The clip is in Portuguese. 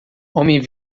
homem